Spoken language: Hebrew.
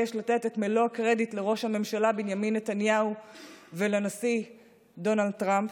לתת את מלוא הקרדיט לראש הממשלה בנימין נתניהו ולנשיא דונלד טראמפ,